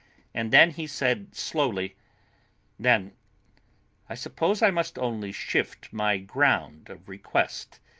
and then he said slowly then i suppose i must only shift my ground of request.